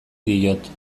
diot